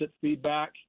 feedback